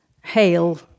hail